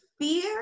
fear